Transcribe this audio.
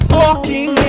walking